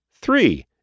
Three